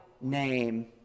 name